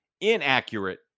inaccurate